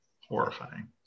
horrifying